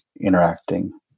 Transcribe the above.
interacting